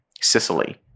Sicily